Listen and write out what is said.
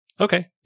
Okay